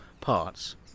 parts